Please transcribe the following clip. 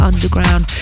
Underground